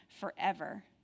forever